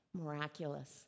miraculous